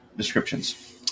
descriptions